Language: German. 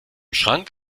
schrank